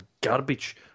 garbage